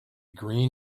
green